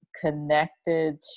connected